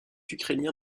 ukrainien